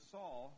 Saul